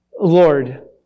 Lord